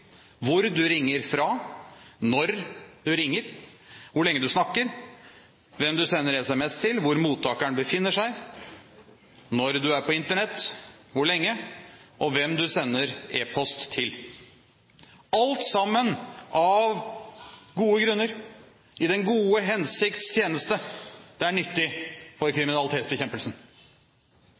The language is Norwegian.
hvor du ringer fra, når du ringer, hvor lenge du snakker, hvem du sender SMS til, hvor mottakeren befinner seg, når du er på Internett – hvor lenge – og hvem du sender e-post til, alt sammen av gode grunner, i den gode hensikts tjeneste, nyttig for kriminalitetsbekjempelsen.